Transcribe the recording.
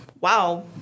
wow